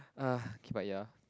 ugh okay but ya